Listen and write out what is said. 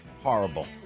horrible